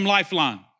Lifeline